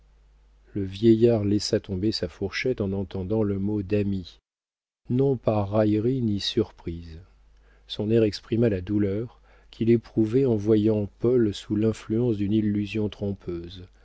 le vieillard laissa tomber sa fourchette en entendant le mot d'ami non par raillerie ni surprise son air exprima la douleur qu'il éprouvait en voyant paul sous l'influence d'une illusion trompeuse